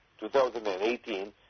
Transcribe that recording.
2018